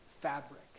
fabric